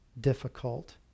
difficult